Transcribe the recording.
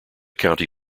county